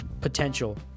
potential